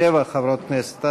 שבע חברות כנסת.